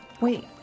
Wait